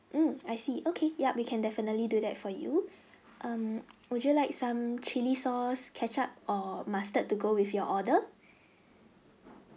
mm I see okay yup we can definitely do that for you um would you like some chili sauce ketchup or mustard to go with your order